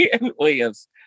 Williams